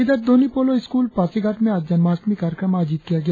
इधर दोन्यी पोलो स्कूल पासीघाट में आज जन्माष्टमी कार्यक्रम आयोजित किया गया